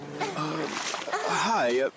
Hi